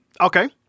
Okay